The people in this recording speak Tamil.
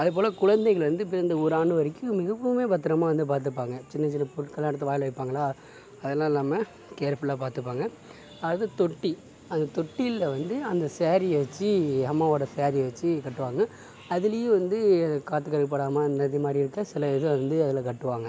அதுபோல குழந்தைகள் வந்து பிறந்த ஒரு ஆண்டு வரைக்கும் மிகவுமே பத்திரமா வந்து பார்த்துப்பாங்க சின்ன சின்ன பொருட்கள்லாம் எடுத்து வாயில் வைப்பாங்களா அதல் லாம் இல்லாமல் கேர்ஃபுல்லாக பாத்துப்பாங்க அது தொட்டி அந்த தொட்டிலில் வந்து அந்த சேரீயை வச்சு அம்மாவோடய சேரீயை வச்சு கட்டுவாங்க அதுலேயும் வந்து காற்றுக்கருப்பு படாமல் அந்த இது மாதிரி சில இது வந்து அதில் கட்டுவாங்க